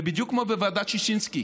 ובדיוק כמו בוועדת ששינסקי